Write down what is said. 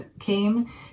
came